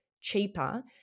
cheaper